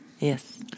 Yes